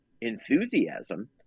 enthusiasm